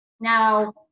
Now